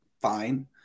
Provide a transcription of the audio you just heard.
fine